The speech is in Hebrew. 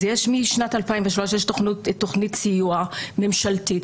אז יש משנת 2003 תוכנית סיוע ממשלתית,